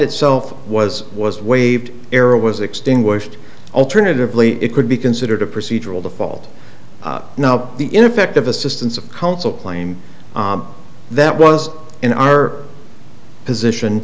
itself was was waived error was extinguished alternatively it could be considered a procedural default now the ineffective assistance of counsel claim that was in our position